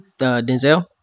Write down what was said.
Denzel